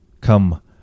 come